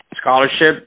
scholarship